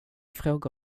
fråga